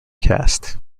cast